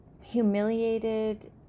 humiliated